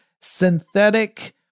synthetic